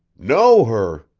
know her?